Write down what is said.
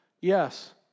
Yes